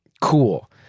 cool